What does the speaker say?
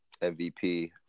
MVP